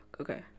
Okay